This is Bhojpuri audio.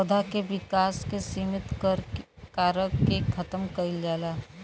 पौधा के विकास के सिमित कारक के खतम कईल जाला